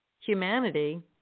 humanity